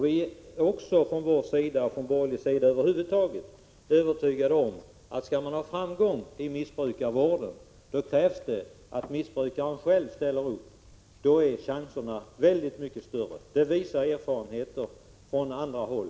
Vi är också på borgerlig sida över huvud taget övertygade om att skall man nå framgång i missbrukarvården krävs att missbrukaren själv ställer upp. Då är chanserna väldigt mycket större. Det visar erfarenheter från andra håll.